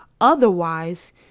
otherwise